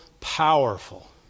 powerful